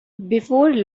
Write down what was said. before